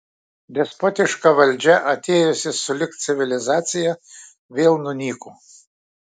despotiška valdžia atėjusi sulig civilizacija vėl nunyko